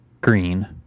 green